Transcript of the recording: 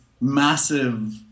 massive